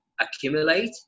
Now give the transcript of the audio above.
accumulate